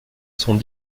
sont